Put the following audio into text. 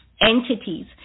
entities